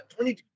22